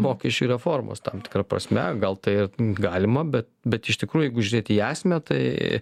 mokesčių reformos tam tikra prasme gal tai galima bet bet iš tikrųjų jeigu žiūrėti į esmę tai